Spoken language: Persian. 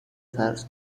فرض